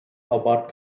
award